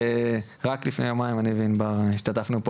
רק לפני יומיים אני וענבר השתתפנו פה